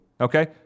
Okay